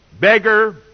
beggar